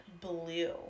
blue